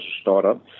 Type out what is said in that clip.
startup